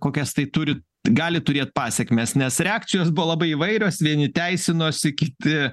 kokias tai turi gali turėt pasekmes nes reakcijos buvo labai įvairios vieni teisinosi kiti